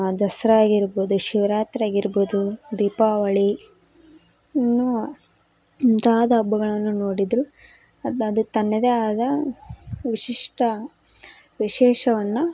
ದಸರಾ ಆಗಿರ್ಬೋದು ಶಿವರಾತ್ರಿ ಆಗಿರ್ಬೋದು ದೀಪಾವಳಿ ಇನ್ನೂ ಮುಂತಾದ ಹಬ್ಬಗಳನ್ನು ನೋಡಿದ್ರೂ ಅದು ಅದು ತನ್ನದೇ ಆದ ವಿಶಿಷ್ಟ ವಿಶೇಷವನ್ನು